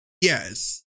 yes